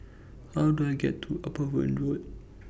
How Do I get to Upavon Road